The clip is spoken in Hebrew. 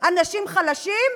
כשונאי אנשים חלשים,